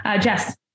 Jess